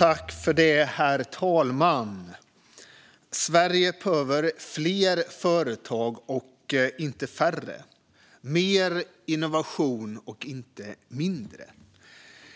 Herr talman! Sverige behöver fler företag och inte färre, mer innovation och inte mindre.